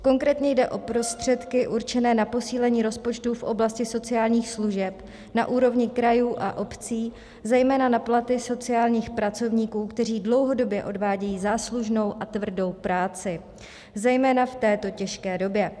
Konkrétně jde o prostředky určené na posílení rozpočtu v oblasti sociálních služeb na úrovni krajů a obcí, zejména na platy sociálních pracovníků, kteří dlouhodobě odvádějí záslužnou a tvrdou práci, zejména v této těžké době.